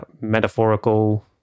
metaphorical